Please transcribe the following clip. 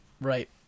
Right